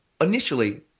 initially